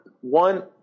one